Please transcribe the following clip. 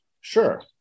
sure